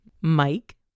mike